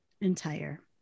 entire